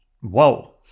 whoa